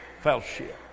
Fellowship